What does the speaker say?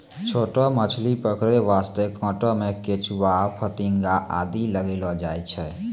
छोटो मछली पकड़ै वास्तॅ कांटा मॅ केंचुआ, फतिंगा आदि लगैलो जाय छै